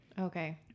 Okay